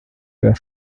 der